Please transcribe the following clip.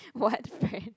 what friend